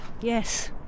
yes